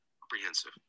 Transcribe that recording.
Comprehensive